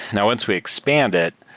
now once we expand it,